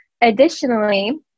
additionally